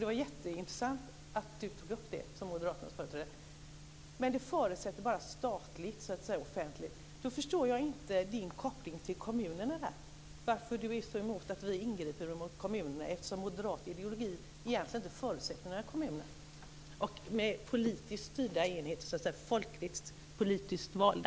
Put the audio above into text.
Det var jätteintressant att Nils Fredrik Aurelius som moderaternas företrädare tog upp det. Men det förutsätter bara det statligt offentliga. Då förstår jag inte din koppling till kommunerna. Varför är Nils Fredrik Aurelius så emot att vi ingriper mot kommunerna? Moderat ideologi förutsätter egentligen inte några kommuner med politiskt styrda enheter, folkligt politiskt valda.